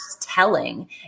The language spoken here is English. telling